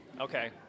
okay